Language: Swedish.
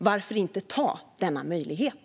Varför inte ta denna möjlighet?